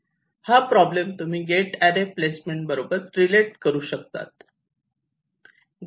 हा प्रॉब्लेम तुम्ही gate array placement बरोबर रिलेट करू शकतात